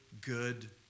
good